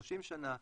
30 שנה.